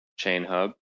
Chainhub